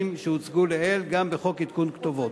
שהוצגו לעיל גם בחוק עדכון כתובות.